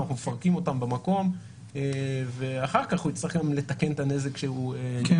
אנחנו מפרקים אותם במקום ואחר כך הוא יצטרך גם לתקן את הנזק שהוא יצר.